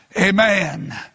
Amen